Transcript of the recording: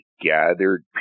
gathered